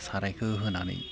सारायखो होनानै